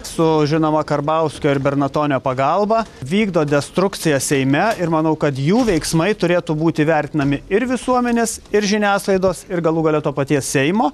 su žinoma karbauskio ir bernatonio pagalba vykdo destrukciją seime ir manau kad jų veiksmai turėtų būti vertinami ir visuomenės ir žiniasklaidos ir galų gale to paties seimo